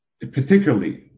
Particularly